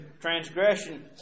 transgression